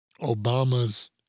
Obama's